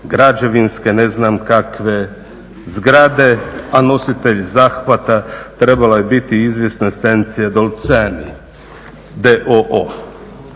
građevinske, ne znam kakve zgrade, a nositelj zahvata trebala je biti izvjesna Stancia Dolzani